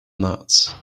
that